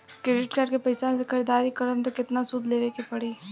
Credit card के पैसा से ख़रीदारी करम त केतना सूद देवे के पड़ी?